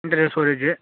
internal storage